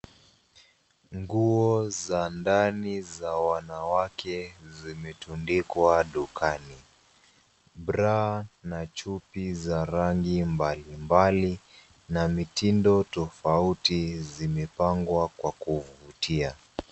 Nguo za ndani za wanawake zilitundikwa dukani. Bra and chupi za rangi mbalimbali, na mitindo tofauti zilipangwa kwa kuvutia.